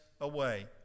away